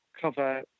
cover